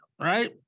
right